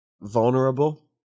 vulnerable